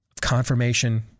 confirmation